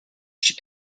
she